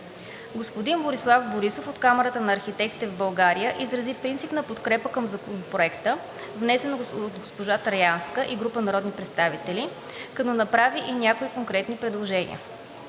Господин Борислав Борисов от Камарата на архитектите в България изрази принципна подкрепа към Законопроекта, внесен от госпожа Траянска и група народни представители, като направи и някои конкретни предложения.